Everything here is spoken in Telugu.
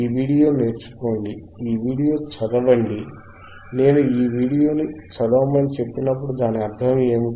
ఈ వీడియో నేర్చుకోండి ఈ వీడియో చదవండి నేను ఈ వీడియో చదవమని చెప్పినప్పుడు దాని అర్థం ఏమిటి